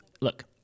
look